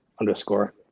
underscore